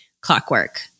clockwork